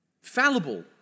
fallible